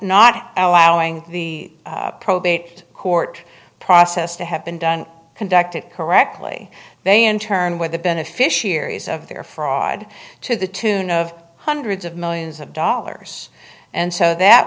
not allowing the probate court process to have been done conducted correctly they in turn were the beneficiaries of their fraud to the tune of hundreds of millions of dollars and so that